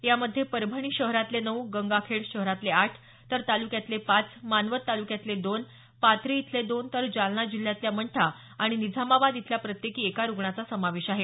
यामध्ये परभणी शहरातले नऊ गंगाखेड शहरातले आठ तर तालुक्यातले पाच मानवत तालुक्यातले दोन पाथरी इथले दोन तर जालना जिल्ह्यातल्या मंठा आणि निझामाबाद इथल्या प्रत्येकी एका रुग्णाचा समावेश आहे